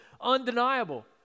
undeniable